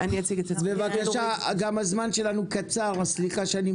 ההצדעה הזאת